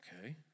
okay